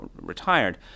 retired